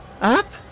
Up